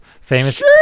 famous